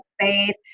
faith